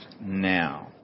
now